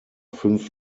fünf